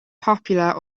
popular